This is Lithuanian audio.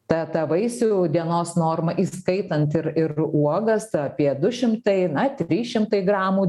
ta ta vaisių dienos norma įskaitant ir ir uogas apie du šimtai na trys šimtai gramų